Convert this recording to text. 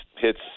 hits